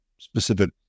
specific